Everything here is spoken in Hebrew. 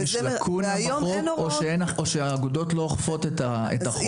האם יש לאקונה בחוק או שהאגודות לא אוכפות את החוק?